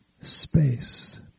space